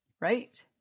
Right